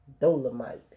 Dolomite